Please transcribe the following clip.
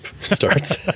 starts